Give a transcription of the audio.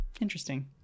Interesting